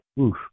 oof